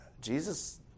Jesus